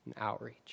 outreach